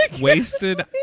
wasted